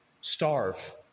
starve